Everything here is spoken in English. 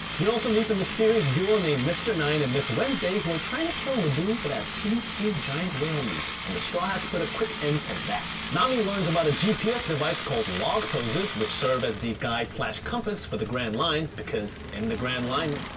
we also meet the mysteries duo and named mr. nine and ms. wednesday who are trying to kill laboon for that sweet sweet giant whale meat and the straw hats put a quick end to that. nami learn about a gps devices called log poses, which serve as the guide compass for the grand line because in the grand line,